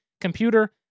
computer